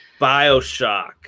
Bioshock